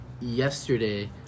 yesterday